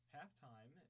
Halftime